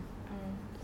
mm